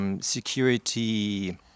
security